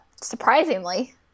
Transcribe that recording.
Surprisingly